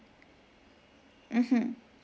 mmhmm